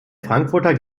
frankfurter